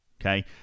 okay